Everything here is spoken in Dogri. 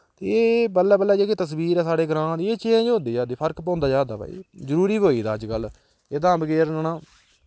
ते एह् बल्लें बल्लें जेह्की तस्वीर ऐ साढ़े ग्रांऽ दी एह् चेंज होंदे जा दी फर्क पौंदा जा दा भाई जरूरी बी होई दा अज्जकल एह्दा